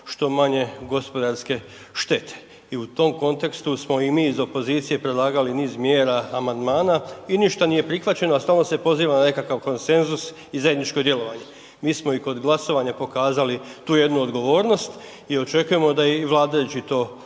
što manje gospodarske štete. I u tom kontekstu smo i mi iz opozicije predlagali niz mjera, amandmana i ništa nije prihvaćeno, a stalno se poziva na nekakav konsenzus i zajedničko djelovanje. Mi smo i kod glasovanja pokazali tu jednu odgovornost i očekujemo da i vladajući to